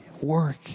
work